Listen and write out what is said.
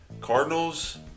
Cardinals